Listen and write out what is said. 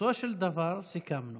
ובסופו של דבר סיכמנו